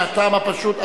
מהטעם הפשוט,